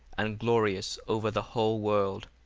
and glorious over the whole world.